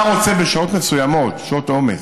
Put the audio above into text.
אתה רוצה, בשעות מסוימות, שעות העומס,